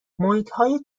محیطهای